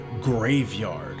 graveyard